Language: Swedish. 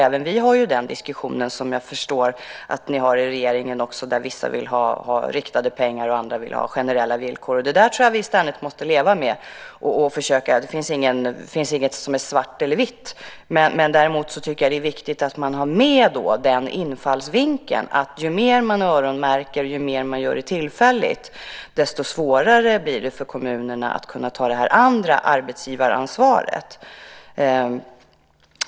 Även vi för den diskussion som jag förstår att ni för i regeringen, där vissa vill ha riktade pengar och andra vill ha generella villkor. Det tror jag att vi ständigt måste försöka leva med. Det finns inget som är svart eller vitt. Däremot tycker jag att det är viktigt att man har med infallsvinkeln att ju mer man öronmärker och ju mer man gör tillfälligt, desto svårare blir det för kommunerna att kunna ta det andra arbetsgivaransvaret.